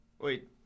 Wait